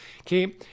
Okay